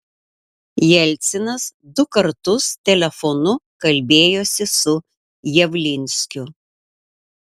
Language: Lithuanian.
jelcinas du kartus telefonu kalbėjosi su javlinskiu